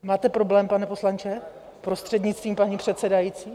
Máte problém, pane poslanče, prostřednictvím paní předsedající?